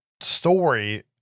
story